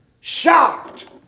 Shocked